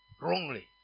Wrongly